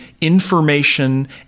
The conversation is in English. information